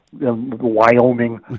Wyoming